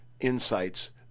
insights